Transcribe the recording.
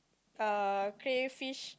err crayfish